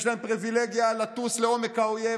יש להם פריבילגיה לטוס לעומק האויב,